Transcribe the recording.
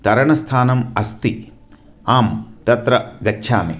तरणस्थानम् अस्ति आम् तत्र गच्छामि